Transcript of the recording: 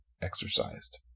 exercised